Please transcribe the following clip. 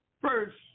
first